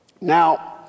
Now